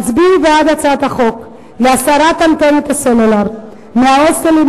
הצביעו בעד הצעת החוק להסרת אנטנות הסלולר מהוסטלים,